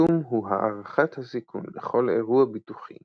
חיתום הוא הערכת הסיכון לכל אירוע ביטוחי